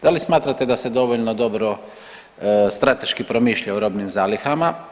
Da li smatrate da se dovoljno dobro strateški promišlja o robnim zalihama?